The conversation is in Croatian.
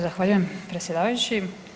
Zahvaljujem predsjedavajući.